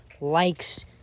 likes